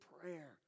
prayer